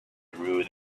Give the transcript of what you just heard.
through